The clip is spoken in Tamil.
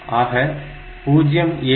ஆக 0